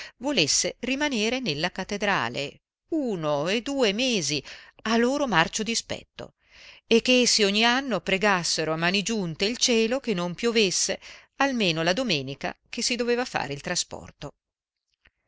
volesse rimanere nella cattedrale uno e due mesi a loro marcio dispetto e che essi ogni anno pregassero a mani giunte il cielo che non piovesse almeno la domenica che si doveva fare il trasporto